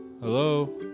hello